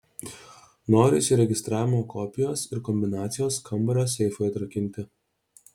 noriu įsiregistravimo kopijos ir kombinacijos kambario seifui atrakinti